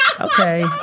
Okay